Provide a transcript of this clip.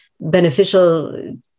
beneficial